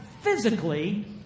physically